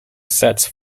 sets